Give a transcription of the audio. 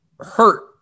Hurt